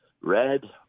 Red